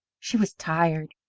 she was tired,